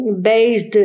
based